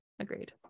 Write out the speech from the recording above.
Agreed